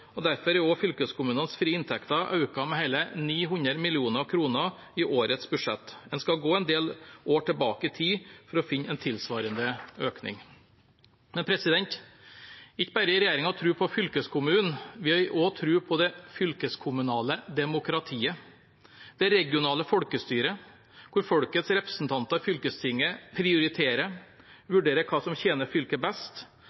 og ansvar, og derfor er også fylkeskommunenes frie inntekter økt med hele 900 mill. kr i årets budsjett. En skal gå en del år tilbake i tid for å finne en tilsvarende økning. Men ikke bare har regjeringen tro på fylkeskommunen, vi har også tro på det fylkeskommunale demokratiet, det regionale folkestyret, hvor folkets representanter i fylkestinget prioriterer,